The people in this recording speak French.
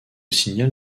signal